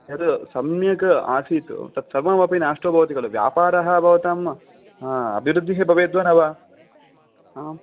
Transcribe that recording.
यत् सम्यक् आसीत् तत्सर्वमपि नष्टो भवति खलु व्यापारः भवतां अभिवृद्धिः भवेद्वा न वा आम्